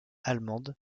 allemande